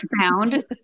found